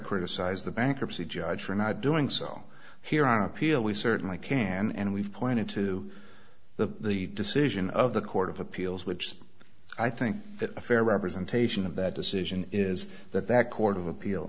criticize the bankruptcy judge for not doing so here on appeal we certainly can and we've pointed to the decision of the court of appeals which i think that a fair representation of that decision is that that court of appeal